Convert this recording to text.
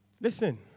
Listen